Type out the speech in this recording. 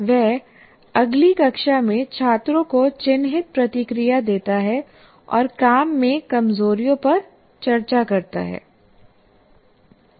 वह अगली कक्षा में छात्रों को चिह्नित प्रतिक्रिया देता है और काम में कमजोरियों पर चर्चा करता है